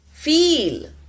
Feel